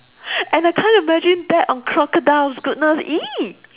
and I can't imagine that on crocodiles goodness !ee!